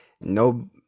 No